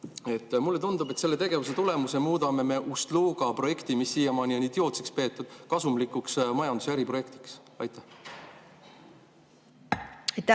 Mulle tundub, et selle tegevuse tulemusel muudame me Ust-Luga projekti, mida siiamaani on idiootseks peetud, kasumlikuks majanduse äriprojektiks. Aitäh,